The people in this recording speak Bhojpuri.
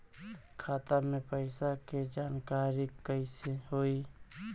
खाता मे पैसा के जानकारी कइसे होई?